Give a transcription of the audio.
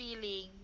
feeling